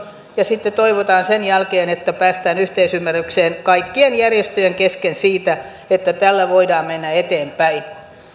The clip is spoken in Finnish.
ja sitten toivotaan sen jälkeen että päästään yhteisymmärrykseen kaikkien järjestöjen kesken siitä että tällä voidaan mennä eteenpäin